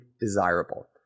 desirable